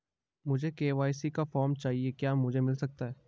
मुझे के.वाई.सी का फॉर्म चाहिए क्या मुझे मिल सकता है?